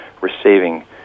receiving